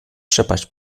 przepaść